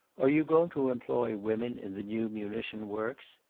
are you going to employ women in the new munition works?